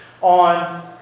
on